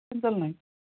ଶୁଣି ପାରିଲିନାହିଁ